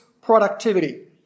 productivity